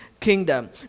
kingdom